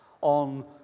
on